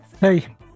Hey